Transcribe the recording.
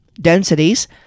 densities